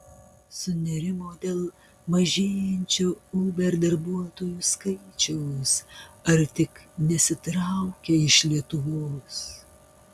sunerimo dėl mažėjančio uber darbuotojų skaičiaus ar tik nesitraukia iš lietuvos